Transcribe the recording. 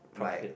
profit